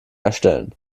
erstellen